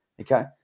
okay